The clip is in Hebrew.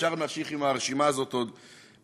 אפשר להמשיך עם הרשימה הזאת עוד הרבה.